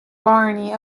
barony